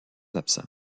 absent